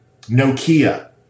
Nokia